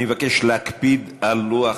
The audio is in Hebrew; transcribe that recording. אני מבקש להקפיד על לוח